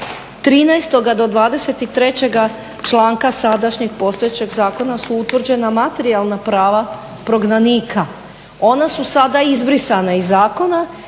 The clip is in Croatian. i trećega članka sadašnjeg postojećeg zakona su utvrđena materijalna prava prognanika. Ona su sada izbrisana iz zakona